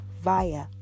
via